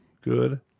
Good